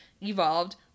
evolved